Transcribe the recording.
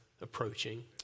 approaching